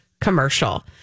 commercial